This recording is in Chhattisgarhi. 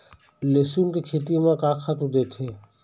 लेसुन के खेती म का खातू देथे?